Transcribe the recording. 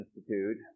Institute